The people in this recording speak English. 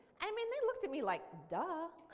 i mean they looked at me like duh.